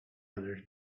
others